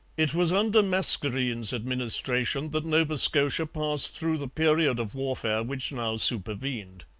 it was under mascarene's administration that nova scotia passed through the period of warfare which now supervened.